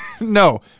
No